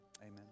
amen